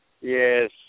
yes